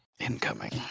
Incoming